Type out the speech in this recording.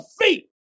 feet